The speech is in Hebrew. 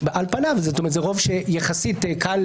כסדום היינו,